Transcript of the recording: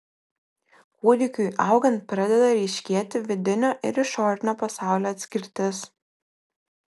kūdikiui augant pradeda ryškėti vidinio ir išorinio pasaulio atskirtis